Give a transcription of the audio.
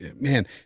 man